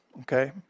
Okay